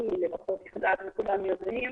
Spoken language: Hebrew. אני לפחות וכולם יודעים,